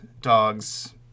dogs